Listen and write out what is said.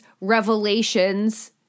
revelations